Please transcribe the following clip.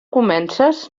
comences